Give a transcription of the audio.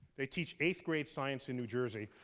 they teach eighth grade science in new jersey.